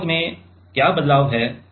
तो प्रतिरोध में क्या बदलाव है